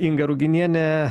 inga ruginienė